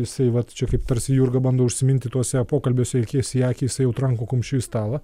jisai vat čia taip tarsi jurga bando užsiminti tuose pokalbiuose akis į akį jisai jau tranko kumščiu į stalą